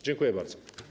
Dziękuję bardzo.